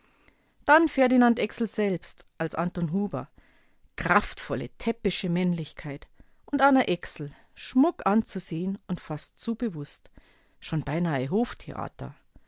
dann ferdinand exl selbst als anton huber kraftvolle täppische männlichkeit und anna exl schmuck anzusehen und fast zu bewußt schon beinahe